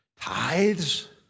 Tithes